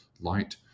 light